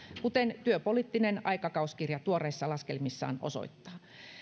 kuten työpoliittinen aikakauskirja tuoreissa laskelmissaan osoittaa